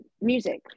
music